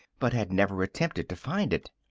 but had never attempted to find it.